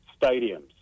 stadiums